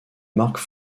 marque